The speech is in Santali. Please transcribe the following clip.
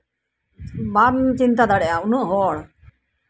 ᱵᱟᱢ ᱪᱤᱱᱛᱟ ᱫᱟᱲᱮᱭᱟᱜᱼᱟ ᱩᱱᱟᱹᱜ ᱦᱚᱲ